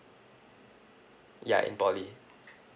ya in poly